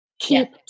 keep